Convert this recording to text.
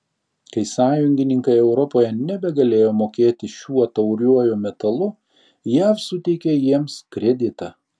kai sąjungininkai europoje nebegalėjo mokėti šiuo tauriuoju metalu jav suteikė jiems kreditą